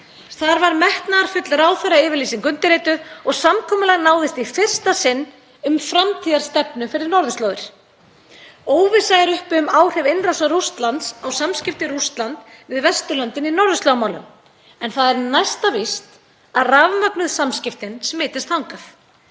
Þar var metnaðarfull ráðherrayfirlýsing undirrituð og samkomulag náðist í fyrsta sinn um framtíðarstefnu fyrir norðurslóðir. Óvissa er uppi um áhrif innrásar Rússlands á samskipti Rússlands við Vesturlöndin í norðurslóðamálum en það er næsta víst að rafmögnuð samskiptin smitist þangað.